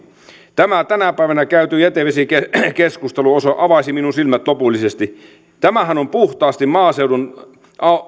tänä päivänä käyty jätevesikeskustelu avasi minun silmäni lopullisesti tämähän on puhtaasti maaseudun